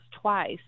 twice